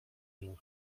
nią